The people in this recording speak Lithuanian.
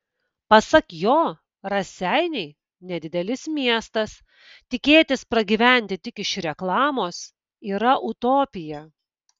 pasak jo raseiniai nedidelis miestas tikėtis pragyventi tik iš reklamos yra utopija